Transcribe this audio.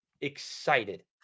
excited